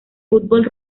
fútbol